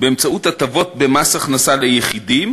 באמצעות הטבות במס הכנסה ליחידים,